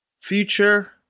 future